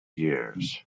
years